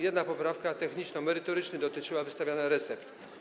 Jedna poprawka techniczno-merytoryczna dotyczyła wystawiania recept.